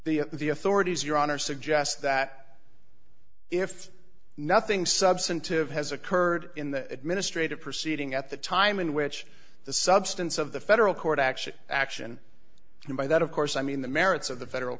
the the authorities your honor suggests that if nothing substantive has occurred in the administrative proceeding at the time in which the substance of the federal court action action and by that of course i mean the merits of the federal